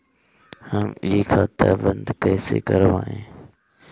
हम इ खाता बंद कइसे करवाई?